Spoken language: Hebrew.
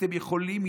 אתם יכולים,